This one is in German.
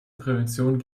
prävention